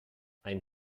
ein